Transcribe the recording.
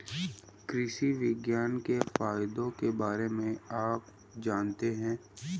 कृषि विज्ञान के फायदों के बारे में आप जानते हैं?